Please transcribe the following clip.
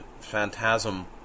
phantasm